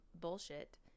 bullshit